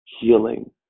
healing